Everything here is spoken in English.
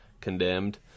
condemned